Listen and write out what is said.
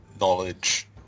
knowledge